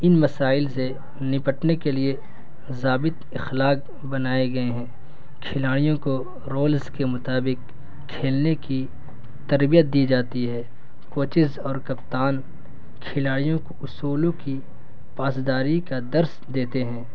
ان مسائل سے نپٹنے کے لیے ضابطہ اخلاق بنائے گئے ہیں کھلاڑیوں کو رولز کے مطابق کھیلنے کی تربیت دی جاتی ہے کوچز اور کپتان کھلاڑیوں کو اصولوں کی پاسداری کا درس دیتے ہیں